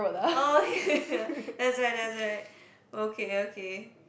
oh ya that's right that's right okay okay